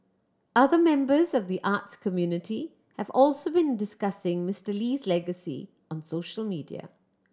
other members of the arts community have also been discussing Mister Lee's legacy on social media